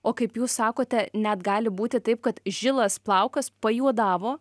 o kaip jūs sakote net gali būti taip kad žilas plaukas pajuodavo